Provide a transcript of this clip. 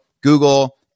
Google